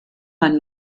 man